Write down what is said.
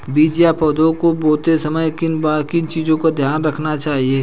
बीज या पौधे को बोते समय किन चीज़ों का ध्यान रखना चाहिए?